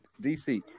DC